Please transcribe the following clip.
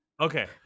Okay